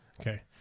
Okay